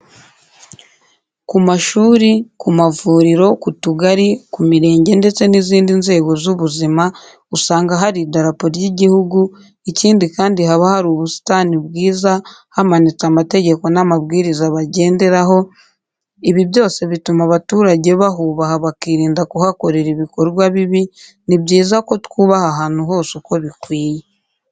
Ku mashuri, ku mavuriro, ku tugari, ku mirenge ndetse n'izindi nzego z'ubuzima usanga hari idarapo ry'igihugu, ikindi kandi haba hari ubusitani bwiza, hamanitse amategeko n'amabwiriza bagenderaho, ibi byose bituma abaturage bahubaha bakirinda kuhakorera ibikorwa bibi, ni byiza ko twubaha ahantu hose uko bikwiye.